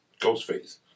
Ghostface